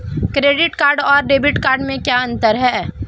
Credit card और debit card में क्या अंतर है?